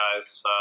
guys